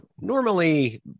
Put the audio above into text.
normally